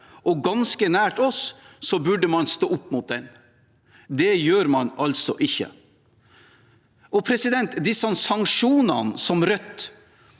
ganske nært oss, burde man stå opp mot den. Det gjør man altså ikke. Når det gjelder sanksjonene som Rødt